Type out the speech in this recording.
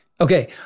Okay